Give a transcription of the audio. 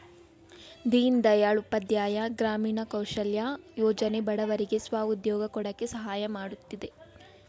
ದೀನ್ ದಯಾಳ್ ಉಪಾಧ್ಯಾಯ ಗ್ರಾಮೀಣ ಕೌಶಲ್ಯ ಯೋಜನೆ ಬಡವರಿಗೆ ಸ್ವ ಉದ್ಯೋಗ ಕೊಡಕೆ ಸಹಾಯ ಮಾಡುತ್ತಿದೆ